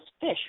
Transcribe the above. fish